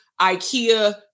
IKEA